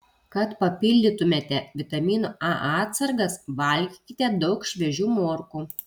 kad papildytumėte vitamino a atsargas valgykite daug šviežių morkų